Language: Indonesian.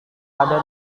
ada